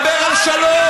מדבר על שלום,